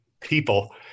people